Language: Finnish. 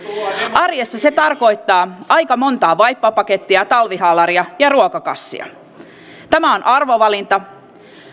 arjessa se tarkoittaa aika montaa vaippapakettia talvihaalaria ja ruokakassia tämä on arvovalinta